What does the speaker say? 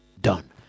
Done